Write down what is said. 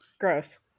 gross